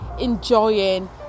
enjoying